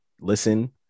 listen